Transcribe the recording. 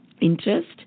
interest